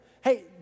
Hey